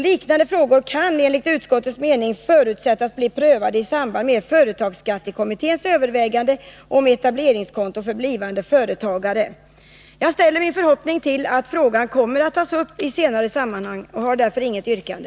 Liknande frågor kan enligt utskottets mening förutsättas bli prövade i samband med företagsskattekommitténs överväganden om etableringskonto för blivande företagare.” Min förhoppning är att frågan kommer att tas upp i ett senare sammanhang, och jag har därför inget yrkande.